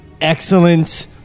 excellent